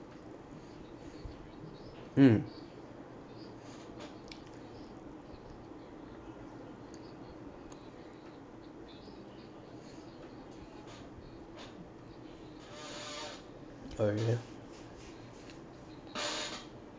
mm